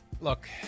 Look